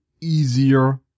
easier